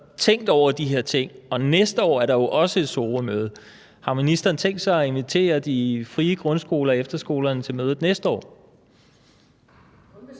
tænkt over de her ting. Næste år er der jo også et Sorømøde. Har ministeren tænkt sig at invitere de frie grundskoler og efterskolerne til mødet næste år?